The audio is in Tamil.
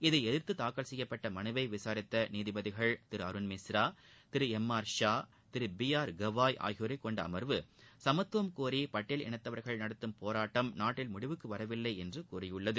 இதை எதிர்த்து தாக்கல் செய்யப்பட்ட மனுவை விசாரித்த நீதிபதிகள் Thiru Arun Mishra Thiru M R Shah Thiru B R Gavai ஆகியோரை கொண்ட அமர்வு சமத்துவம் கோரி பட்டியல் இனத்தவர்கள் நடத்தும் போராட்டம் நாட்டில் முடிவுக்கு வரவில்லை என்று கூறியுள்ளது